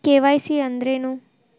KYC ಅಂದ್ರೇನು?